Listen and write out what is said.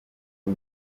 une